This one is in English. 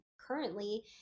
currently